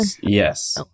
Yes